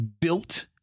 built